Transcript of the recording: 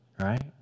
right